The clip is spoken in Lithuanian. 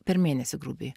per mėnesį grubiai